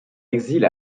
exil